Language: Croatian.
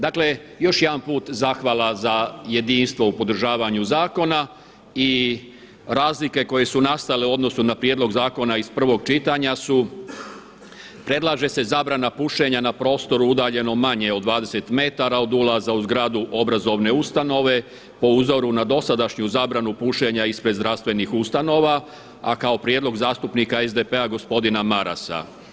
Dakle, još jedan put zahvala za jedinstvo u podržavanju zakona i razlike koje su nastale u odnosu na prijedlog zakona iz prvog čitanja su, predlaže se zabrana pušenja na prostoru udaljenom manje od 20 metara od ulaza u zgradu obrazovne ustanove po uzoru na dosadašnju zabranu pušenja ispred zdravstvenih ustanova a kao prijedlog zastupnika SDP-a gospodina Marasa.